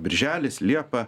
birželis liepa